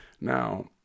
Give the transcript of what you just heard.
now